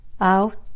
out